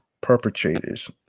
perpetrators